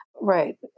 right